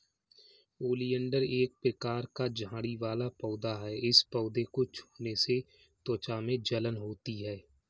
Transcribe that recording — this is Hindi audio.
ओलियंडर एक प्रकार का झाड़ी वाला पौधा है इस पौधे को छूने से त्वचा में जलन होती है